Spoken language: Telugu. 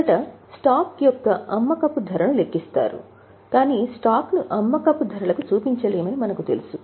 మొదట స్టాక్ యొక్క అమ్మకపు ధరను లెక్కిస్తారు కాని స్టాక్ను అమ్మకపు ధరలకు చూపించలేమని మనకు తెలుసు